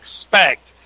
expect